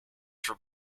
for